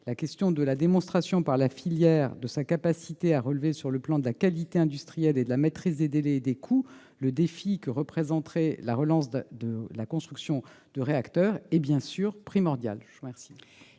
la question de la démonstration par la filière de sa capacité à relever, sur le plan de la qualité industrielle et de la maîtrise des délais et des coûts, le défi que représenterait la construction de réacteurs est bien sûr primordiale.